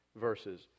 verses